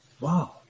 Wow